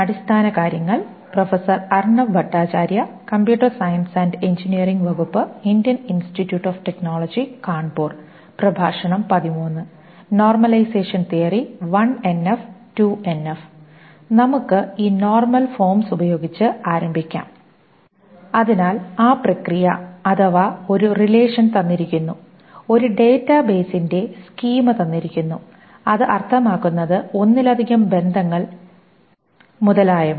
അതിനാൽ ആ പ്രക്രിയ അഥവാ ഒരു റിലേഷൻ തന്നിരിക്കുന്നു ഒരു ഡാറ്റാബേസിന്റെ സ്കീമ തന്നിരിക്കുന്നു അത് അർത്ഥമാക്കുന്നത് ഒന്നിലധികം ബന്ധങ്ങൾ മുതലായവ